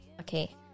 Okay